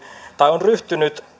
tai on ryhtynyt